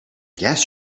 guess